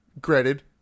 granted